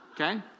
Okay